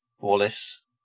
Wallace